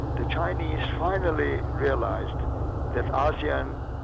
the chinese finally realised that ah asean,